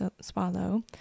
Swallow